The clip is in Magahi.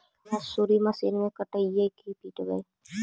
मसुरी मशिन से कटइयै कि पिटबै?